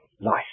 life